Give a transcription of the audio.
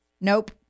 Nope